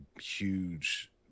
huge